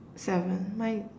seven mine